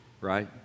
right